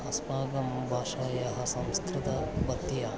अस्माकं भाषाः संस्कृतपत्यम्